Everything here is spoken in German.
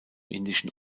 indischen